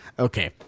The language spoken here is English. okay